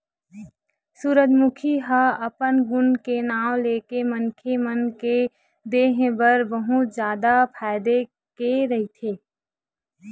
सूरजमूखी ह अपन गुन के नांव लेके मनखे मन के देहे बर बहुत जादा फायदा के रहिथे